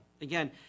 again